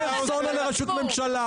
אתה מזלזל בציבור.